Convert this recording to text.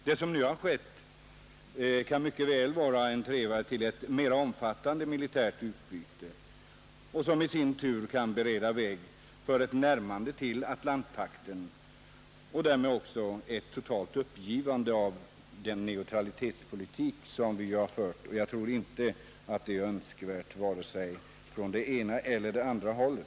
Det som nu har skett kan mycket väl vara en trevare till ett mera omfattande militärt utbyte, som i sin tur kan bereda väg för ett närmande till Atlantpakten ochdärmed också till ett totalt uppgivande av den neutralitetspolitik som vi har fört. Jag tror inte att det är önskvärt vare sig åt det ena eller andra hållet.